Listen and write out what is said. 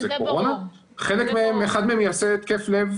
אחד מהם יעשה התקף לב